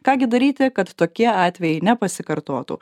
ką gi daryti kad tokie atvejai nepasikartotų